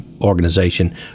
organization